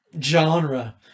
genre